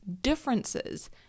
differences